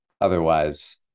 otherwise